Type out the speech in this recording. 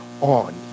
on